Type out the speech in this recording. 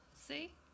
see